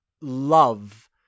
love